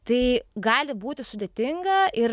tai gali būti sudėtinga ir